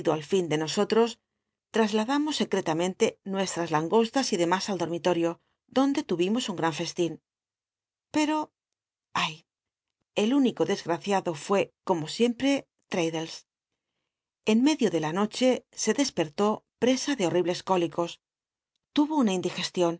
al fin de nosotros trasladamos secretamente nuestras langostas y demas al dormitol'io donde tul'imos un gran feslin pero ay el único desg aciado fué como siempre traddles en medio de la noche se despertó presa de horribles cólicos atmo una indi